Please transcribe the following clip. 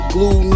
Glue